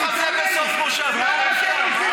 מה אתה מופתע?